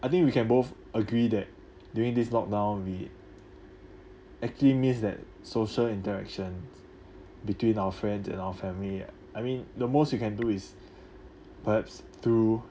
I think we can both agree that during this lock down we actually miss that social interactions between our friends and our family I mean the most you can do is perhaps through